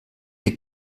der